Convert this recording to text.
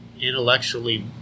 intellectually